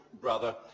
brother